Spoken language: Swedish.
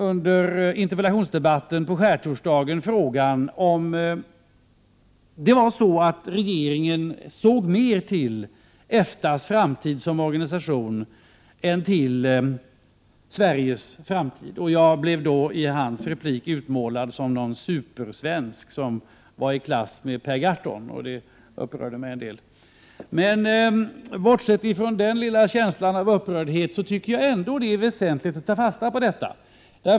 Under interpellationsdebatten på skärtorsdagen ställde jag frågan till statsministern om det var så att regeringen såg mer till EFTA:s framtid som organisation än till Sveriges framtid. Jag blev då i statsministerns replik utmålad som en supersvensk i klass med Per Gahrton. Det upprörde mig en del. Men bortsett från den lilla känslan av upprördhet tycker jag ändå att det är väsentligt att ta fasta på detta.